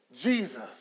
Jesus